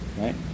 right